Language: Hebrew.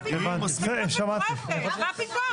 מה פתאום.